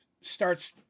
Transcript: starts